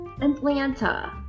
Atlanta